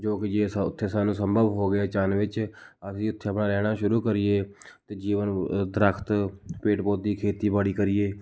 ਜੋ ਕਿ ਜੇ ਉੱਥੇ ਸਾਨੂੰ ਸੰਭਵ ਹੋ ਗਿਆ ਚੰਨ ਵਿੱਚ ਅਸੀਂ ਉੱਥੇ ਆਪਣਾ ਰਹਿਣਾ ਸ਼ੁਰੂ ਕਰੀਏ ਅਤੇ ਜੀਵਨ ਦਰੱਖਤ ਪੇੜ ਪੌਦੇ ਖੇਤੀਬਾੜੀ ਕਰੀਏ